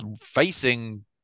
facing